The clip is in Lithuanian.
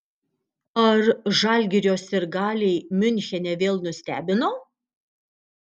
ar žalgirio sirgaliai miunchene vėl nustebino